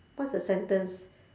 what's a sentence